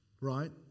right